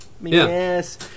Yes